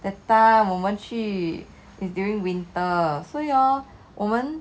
that time 我们去 during winter 所以哦我们